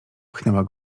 pchnęła